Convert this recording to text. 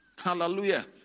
Hallelujah